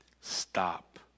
Stop